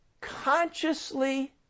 consciously